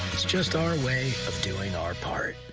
it's just our way of doing our part.